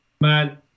man